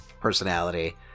personality